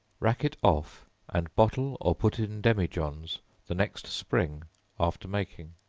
rack it off and bottle or put in demijohns the next spring after making.